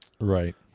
Right